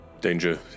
danger